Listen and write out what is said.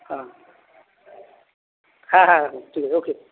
হ্যাঁ হ্যাঁ হ্যাঁ ঠিক আছে ওকে